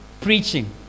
preaching